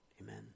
Amen